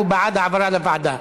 הוא בעד העברה לוועדה,